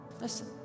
Listen